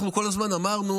אנחנו כל הזמן אמרנו